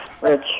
Rich